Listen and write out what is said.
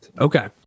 Okay